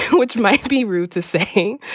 which might be rude the saying,